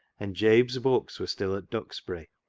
and jabe's books were still at duxbury,